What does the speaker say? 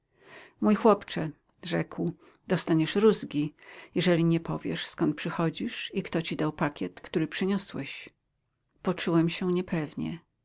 mój chłopcze rzekł dostaniesz rózgi jeżeli nie powiesz skąd przychodzisz i kto ci dał pakiet który przyniosłeś poczułem się niepewnie